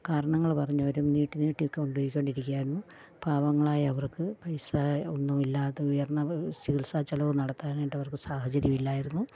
കാരണങ്ങൾ പറഞ്ഞവർ നീട്ടി നീട്ടിക്കൊണ്ട് കൊണ്ടിരിക്കുകയായിരുന്നു പാവങ്ങളായ അവർക്ക് പൈസ ഒന്നും ഇല്ലാതെ ഉയർന്ന ചികിത്സാ ചിലവ് നടത്താനായിട്ട് അവർക്ക് സാഹചര്യം ഇല്ലായിരുന്നു